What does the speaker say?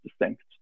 distinct